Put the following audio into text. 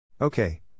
Okay